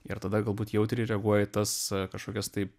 ir tada galbūt jautriai reaguoji į tas kažkokias tai